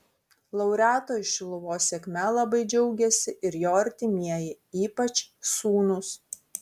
laureato iš šiluvos sėkme labai džiaugėsi ir jo artimieji ypač sūnūs